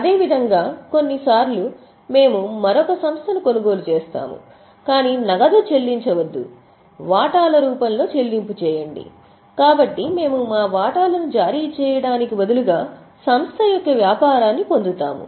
అదేవిధంగా కొన్నిసార్లు మేము మరొక సంస్థను కొనుగోలు చేస్తాము కాని నగదు చెల్లించవద్దు వాటాల రూపంలో చెల్లింపు చేయండి కాబట్టి మేము మా వాటాలను జారీ చేయడానికి బదులుగా సంస్థ యొక్క వ్యాపారాన్ని పొందుతాము